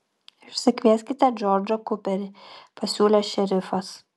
išsikvieskite džordžą kuperį pasiūlė šerifas